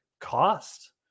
cost